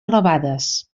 elevades